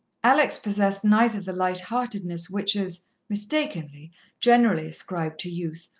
alex possessed neither the light-heartedness which is mistakenly generally ascribed to youth,